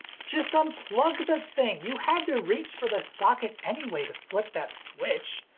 just unplug the thing! you had to reach for the socket anyway to flip that switch.